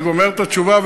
אני גומר את התשובה,